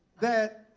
that